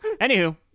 anywho